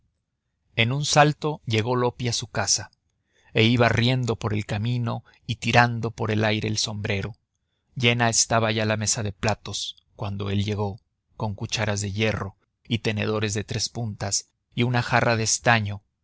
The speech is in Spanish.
en un salto llegó loppi a su casa e iba riendo por el camino y tirando por el aire el sombrero llena estaba ya la mesa de platos cuando él llegó con cucharas de hierro y tenedores de tres puntas y una jarra de estaño